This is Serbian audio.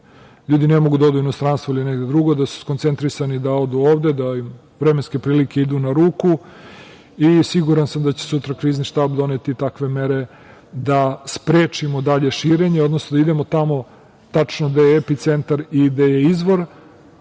ljudi ne mogu da odu u inostranstvo ili negde drugde, skoncentrisani su da odu ovde, vremenske prilike im idu na ruku. Siguran sam da će sutra Krizni štab doneti takve mere da sprečimo dalje širenje, odnosno da idemo tamo gde je tačno epicentar i gde je izvor